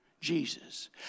Jesus